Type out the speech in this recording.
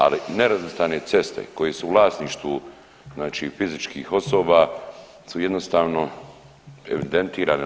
Ali nerazvrstane ceste koje su u vlasništvu znači fizičkih osoba su jednostavno evidentirane.